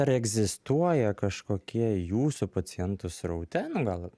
ar egzistuoja kažkokie jūsų pacientų sraute nu gal